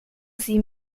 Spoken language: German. sie